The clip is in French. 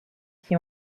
qui